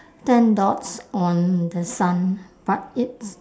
ten dots on the sun but it's